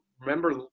remember